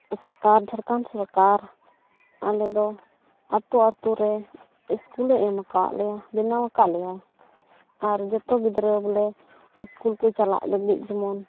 ᱥᱚᱨᱠᱟᱨ ᱡᱷᱟᱲᱠᱷᱚᱸᱰ ᱥᱚᱨᱠᱟᱨ ᱟᱞᱮ ᱫᱚ ᱟᱹᱛᱩ ᱟᱹᱛᱩ ᱨᱮ ᱥᱠᱩᱞᱮ ᱮᱢ ᱟᱠᱟᱫ ᱞᱮᱭᱟ ᱵᱮᱱᱟᱣ ᱟᱠᱟᱫ ᱞᱮᱭᱟᱭ ᱟᱨ ᱡᱚᱛᱚ ᱜᱤᱫᱽᱨᱟᱹ ᱵᱚᱞᱮ ᱥᱠᱩᱞ ᱠᱚ ᱪᱟᱞᱟᱜ ᱞᱟᱹᱜᱤᱫ ᱡᱮᱢᱚᱱ